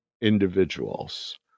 individuals